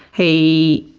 he,